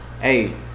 hey